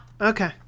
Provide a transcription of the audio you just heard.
Okay